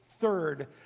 third